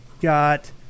Got